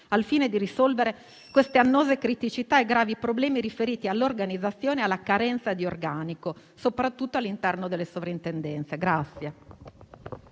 al fine di risolvere queste annose criticità e i gravi problemi riferiti all'organizzazione e alla carenza di organico, soprattutto all'interno delle sovrintendenze.